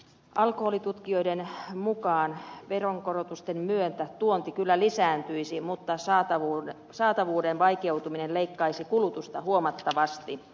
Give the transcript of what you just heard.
alkoholitutkijoiden mukaan veronkorotusten myötä tuonti kyllä lisääntyisi mutta saatavuuden vaikeutuminen leikkaisi kulutusta huomattavasti